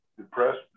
depressed